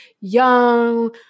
young